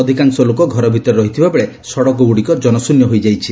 ଅଧିକାଂଶ ଲୋକ ଘର ଭିତରେ ରହିଥିବାବେଳେ ସଡକଗୁଡିକ ଜନଶ୍ଚନ୍ୟ ହୋଇଯାଇଛି